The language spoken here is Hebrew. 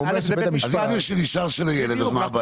אז אם זה נשאר של הילד, אז מה הבעיה?